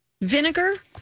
vinegar